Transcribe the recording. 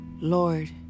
Lord